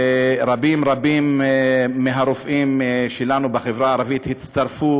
ורבים רבים מהרופאים שלנו בחברה הערבית הצטרפו